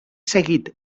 seguit